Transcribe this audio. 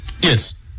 yes